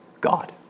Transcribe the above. God